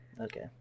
Okay